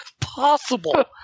possible